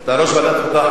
אתה ראש ועדת חוקה,